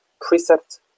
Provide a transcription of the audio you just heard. precept